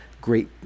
great